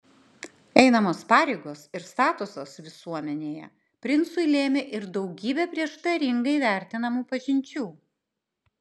einamos pareigos ir statusas visuomenėje princui lėmė ir daugybę prieštaringai vertinamų pažinčių